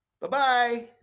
Bye-bye